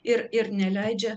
ir ir neleidžia